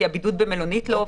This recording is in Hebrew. כי הבידוד במלונית לא עובד,